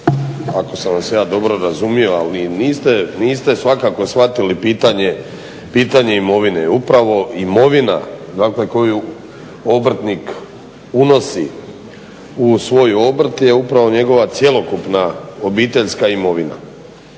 ako sam vas ja dobro razumio, a vi niste svakako shvatili pitanje imovine, upravo imovina koju obrtnik unosi u svoj obrt je upravo njegova cjelokupna obiteljska imovina.